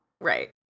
Right